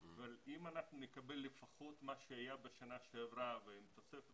אבל אם אנחנו נקבל לפחות מה שהיה בשנה שעברה ותוספת